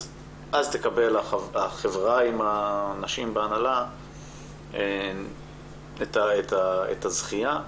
אז תקבל החברה עם הנשים בהנהלה את הזכייה.